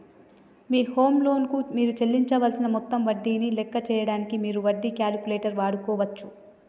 మీ home loan కు మీరు చెల్లించవలసిన మొత్తం వడ్డీని లెక్క చేయడానికి మీరు వడ్డీ క్యాలిక్యులేటర్ వాడుకోవచ్చు